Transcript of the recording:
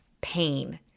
Pain